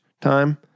time